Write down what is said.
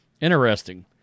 interesting